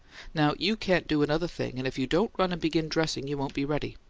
now you can't do another thing, and if you don't run and begin dressing you won't be ready.